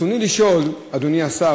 חבר הכנסת אורי מקלב, אדוני ישאל את השר.